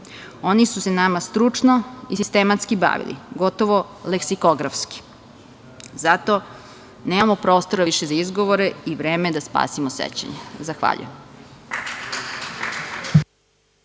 Oni su se nama stručno i sistematski bavili, gotovo leksikografski. Zato, nemamo prostora više za izgovore i vreme je da spasimo sećanja. Zahvaljujem.